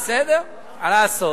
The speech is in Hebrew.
בסדר, מה לעשות?